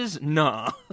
no